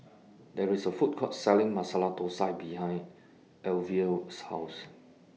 There IS A Food Court Selling Masala Thosai behind Alyvia's House